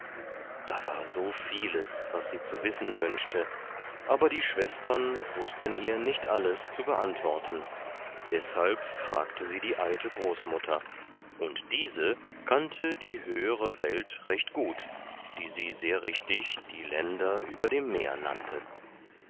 da war so vieles was sie zu wissen wünschte aber die schwestern wußten ihr nicht alles zu beantworten deshalb fragte sie die alte großmutter und diese kannte die höhere welt recht gut die sie sehr richtig die länder über dem meer nannte